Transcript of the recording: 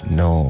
no